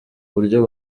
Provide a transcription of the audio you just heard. buryo